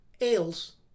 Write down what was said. ales